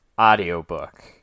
audiobook